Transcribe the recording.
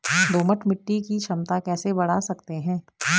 दोमट मिट्टी की क्षमता कैसे बड़ा सकते हैं?